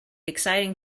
exciting